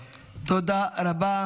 לפעמים,